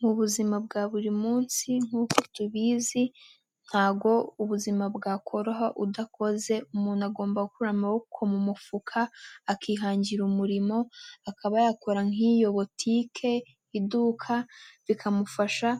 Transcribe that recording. Mu buzima bwa buri munsi nkuko tubizi ntabwo ubuzima bwakoroha udakoze. Umuntu agomba gukura amaboko mu mufuka akihangira umurimo, akaba yakora nk'iyo botike (iduka), bikamufasha